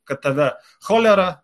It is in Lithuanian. kad tave cholera